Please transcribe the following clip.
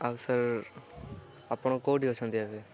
ଆଉ ସାର୍ ଆପଣ କେଉଁଠି ଅଛନ୍ତି ଏବେ